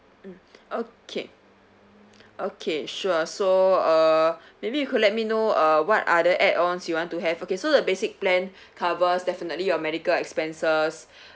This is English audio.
mm okay okay sure so uh maybe you could let me know uh what other add ons you want to have okay so the basic plan covers definitely your medical expenses